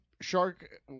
shark